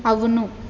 అవును